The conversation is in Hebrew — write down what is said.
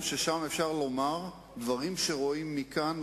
אני רוצה לומר דבר אחד.